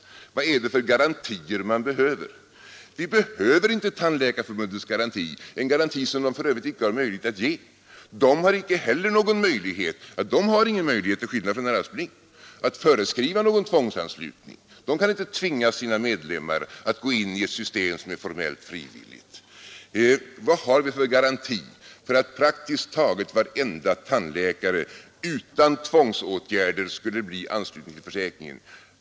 Vad är det för garantier man behöver? Vi behöver inte Tandläkarförbundets garanti — en garanti som det för övrigt inte har möjlighet att ge. Tandläkarförbundet har inte någon möjlighet — till skillnad från herr Aspling — att föreskriva någon tvångsanslutning. Det kan inte tvinga sina medlemmar att agera i ett system som är formellt frivilligt. Vad har vi för garanti för att praktiskt taget varenda tandläkare utan tvångsåtgärder skulle bli ansluten till försäkringen?